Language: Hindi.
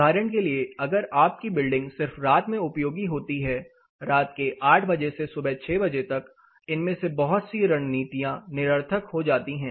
उदाहरण के लिए अगर आप की बिल्डिंग सिर्फ रात में उपयोग होती है रात के 800 बजे से सुबह 600 बजे तक इनमें से बहुत सी रणनीतियां निरर्थक हो जाती हैं